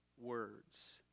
words